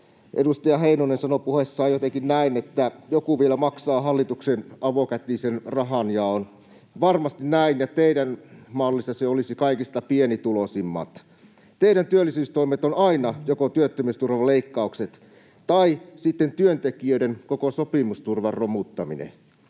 edustaja Heinonen sanoi puheessaan jotenkin näin, että joku vielä maksaa hallituksen avokätisen rahanjaon. Varmasti näin, ja teidän mallissanne se olisi kaikista pienituloisimmat. Teidän työllisyystoimenne ovat aina joko työttömyysturvan leikkaukset tai sitten työntekijöiden koko sopimusturvan romuttaminen.